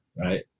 Right